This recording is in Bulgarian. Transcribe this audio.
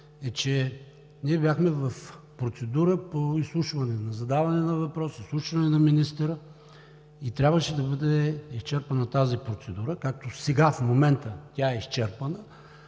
е, че ние бяхме в процедура по изслушване – на задаване на въпроси, изслушване на министъра, и трябваше да бъде изчерпана тази процедура, както сега тя е изчерпана,